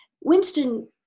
Winston